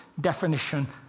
definition